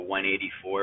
184